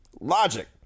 Logic